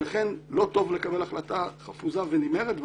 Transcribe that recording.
ולכן לא טוב לקבל החלטה חפוזה ונמהרת,